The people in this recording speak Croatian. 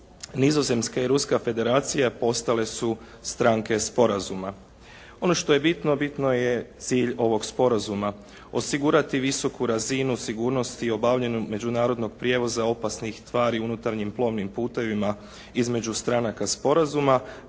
Nizozemska i Ruska federacija postale su stranke sporazuma. Ono što je bitno, bitno je cilj ovog sporazuma. Osigurati visoku razinu sigurnosti obavljenog međunarodnog prijevoza opasnih tvari unutarnjim plovnim putevima između stranaka sporazuma